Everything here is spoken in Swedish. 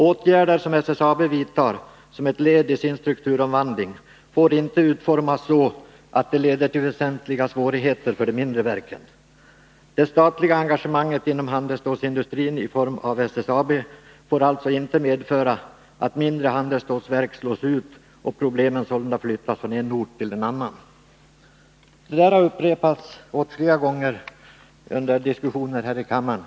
Åtgärder som SSAB vidtar som ett led i sin strukturomvandling får inte utformas så, att de leder till väsentliga svårigheter för de mindre verken. Det statliga engagemanget inom handelsstålsindustrin i form av SSAB får alltså inte medföra att mindre handelsstålverk slås ut och problem sålunda flyttas från en ort till en annan.” Detta har upprepats åtskilliga gånger under diskussioner här i kammaren.